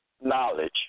knowledge